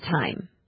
time